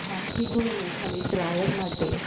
હાથથી ધોઈને ખાલી ડ્રાયર માટે